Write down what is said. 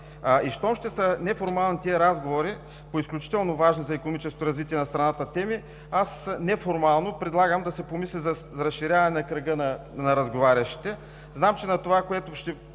ще са неформални по изключително важни за икономическото развитие на страната теми, аз неформално предлагам да се помисли за разширяване на кръга на разговарящите. Знам, че на това, което ще